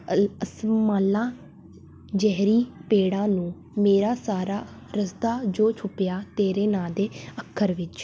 ਅਲ ਅਸਮਾਲਾ ਜ਼ਹਿਰੀ ਪੇੜਾ ਨੂੰ ਮੇਰਾ ਸਾਰਾ ਰਸਤਾ ਜੋ ਛੁਪਿਆ ਤੇਰੇ ਨਾਂ ਦੇ ਅੱਖਰ ਵਿੱਚ